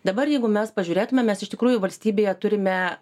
dabar jeigu mes pažiūrėtumėm mes iš tikrųjų valstybėje turime